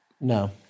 No